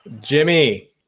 jimmy